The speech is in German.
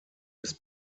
ist